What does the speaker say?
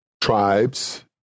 tribes